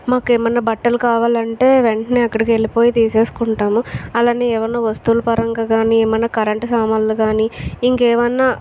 మాకు ఏమైనా బట్టలు కావాలంటే వెంటనే అక్కడికి వెళ్ళిపోయి తీసేసుకుంటాము అలానే ఏవైనా వస్తువులు పరంగా కాని ఏమైనా కరెంట్ సామాన్లు కాని ఇంకేవైనా